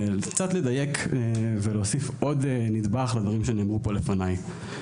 וקצת לדייק ולהוסיף עוד נדבך לדברים שנאמרו פה לפניי.